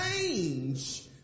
change